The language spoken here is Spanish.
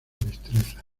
destreza